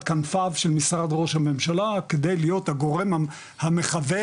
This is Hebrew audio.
כנפיו של משרד ראש הממשלה כדי להיות הגורם המכוון,